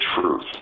truth